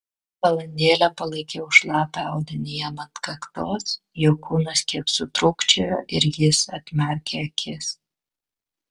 valandėlę palaikiau šlapią audinį jam ant kaktos jo kūnas kiek sutrūkčiojo ir jis atmerkė akis